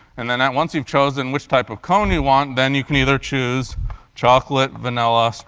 and then once you've chosen which type of cone you want, then you can either choose chocolate, vanilla, so